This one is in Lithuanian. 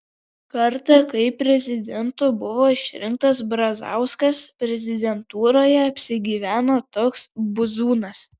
kartą kai prezidentu buvo išrinktas brazauskas prezidentūroje apsigyveno toks buzūnas